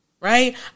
Right